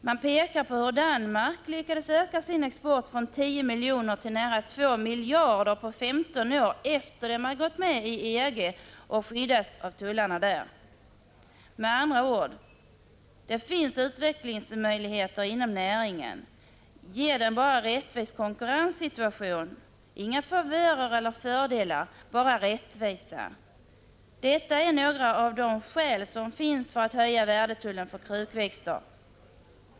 Man pekar på hur Danmark lyckades öka sin export från 10 miljoner till nära 2 miljarder kronor på 15 år sedan man gått medi EG och skyddas av tullarna där. Med andra ord: Det finns utvecklingsmöjligheter inom näringen. Ge den bara en rättvis konkurrenssituation! Det är inte fråga om några favörer eller fördelar, bara rättvisa. Detta är några av de skäl som finns för att höja värdetullen för krukväxter.